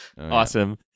Awesome